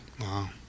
Wow